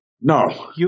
No